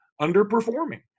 underperforming